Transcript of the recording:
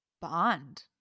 bond